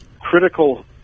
critical